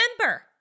Remember